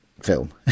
film